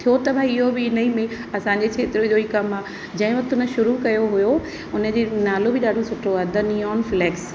थियो त भई इहो बि इन ई में असांजे खेत्र जो ई कमु आहे जंहिं वक्त में शुरू कयो हुयो उन जी नालो बि ॾाढो सुठो आहे द नियॉन फ़्लेक्स